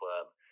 Club